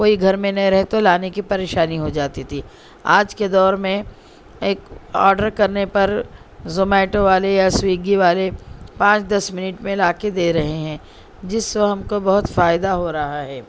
کوئی گھر میں نہیں رہے تو لانے کی پریشانی ہو جاتی تھی آج کے دور میں ایک آڈر کرنے پر زومیٹو والے یا سویگی والے پانچ دس منٹ میں لا کے دے رہے ہیں جس سے ہم کو بہت فائدہ ہو رہا ہے